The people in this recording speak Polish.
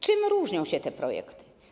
Czym różnią się te projekty?